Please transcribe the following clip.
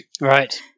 Right